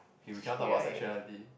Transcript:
K we cannot talk about sexuality